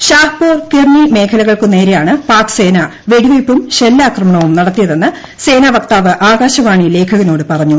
ഷാഹ്പൂര് കിർനി മേഖലകൾക്കുനേരെയാണ് പാക്സേന വെടിവെയ്പ്പുംഷെല്ലാക്രമണവും നടത്തിയതെന്ന്സേനാ വക്താവ്ആകാശവാണിലേഖകനോട് പറഞ്ഞു